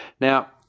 now